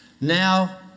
now